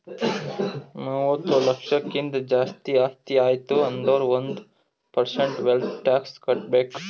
ಮೂವತ್ತ ಲಕ್ಷಕ್ಕಿಂತ್ ಜಾಸ್ತಿ ಆಸ್ತಿ ಆಯ್ತು ಅಂದುರ್ ಒಂದ್ ಪರ್ಸೆಂಟ್ ವೆಲ್ತ್ ಟ್ಯಾಕ್ಸ್ ಕಟ್ಬೇಕ್